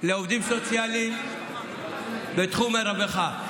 לעובדים סוציאליים בתחום הרווחה.